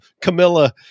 Camilla